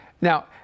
Now